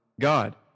God